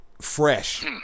fresh